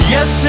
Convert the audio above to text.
Yes